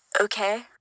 okay